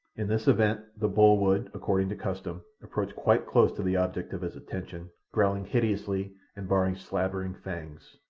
in this event the bull would, according to custom, approach quite close to the object of his attention, growling hideously and baring slavering fangs.